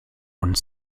und